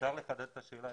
אפשר לחדד את השאלה.